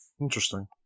interesting